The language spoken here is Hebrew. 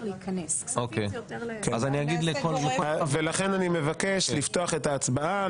לכן אני מבקש לפתוח את ההצבעה,